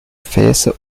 gefäße